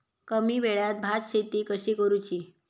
कमी वेळात भात शेती कशी करुची?